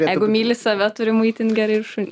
jeigu myli save turi maitint gerai ir šunį